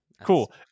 cool